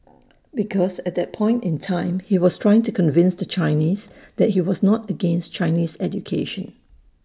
because at that point in time he was trying to convince the Chinese that he was not against Chinese education